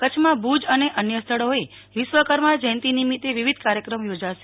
કચ્છમાં ભુજ અને અન્ય સ્થળોએ વિશ્વકર્મા જયંતિ નિમિતે વિવિધ કાર્યક્રમ યોજાશે